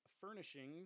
furnishings